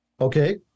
Okay